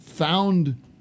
found